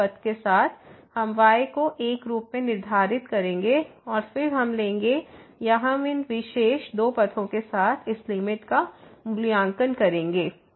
तो इस पथ के साथ हम y को 1 के रूप में निर्धारित करेंगे और फिर हम लेंगे या हम इन दो विशेष पथों के साथ इस लिमिट का मूल्यांकन करेंगे